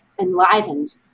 enlivened